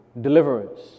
deliverance